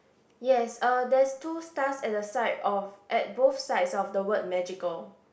yes uh there's two stars at the side of at both sides of the word magical